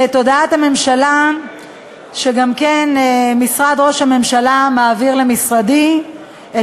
הודעת הממשלה שמשרד ראש הממשלה מעביר למשרדי את